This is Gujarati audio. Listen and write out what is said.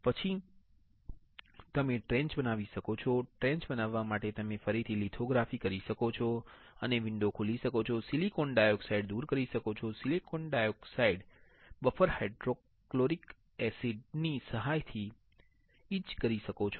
પછી તમે ટ્રેન્ચ બનાવી શકો છો ટ્રેન્ચ બનાવવા માટે તમે ફરીથી લિથોગ્રાફી કરી શકો છો અને વિંડો ખોલી શકો છો સિલિકોન ડાયોક્સાઇડ દુર કરી શકો છો silicon dioxide BHF buffer hydrofluoric એસિડની સહાયથી ઇચ કરી શકો છો